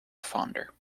fonder